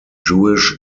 jewish